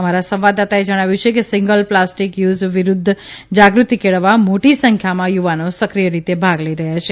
અમારા સંવાદદાતાએ જણાવ્યું છે કે સિંગલ પ્લાસ્ટીક યુઝ વિરૃધ્ધ જાગૃતી કેળવવા મોટી સંખ્યામાં યુવાનો સક્રીય રીતે ભાગ લઇ રહયાં છે